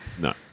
no